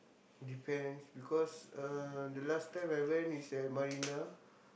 depends because uh the last time I went is at Marina